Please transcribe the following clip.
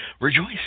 rejoice